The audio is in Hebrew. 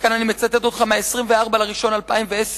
וכאן אני מצטט את דבריך ב-24 בינואר 2010: